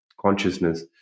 consciousness